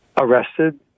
arrested